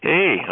Hey